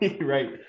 Right